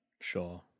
Sure